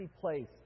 place